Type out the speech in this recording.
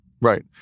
Right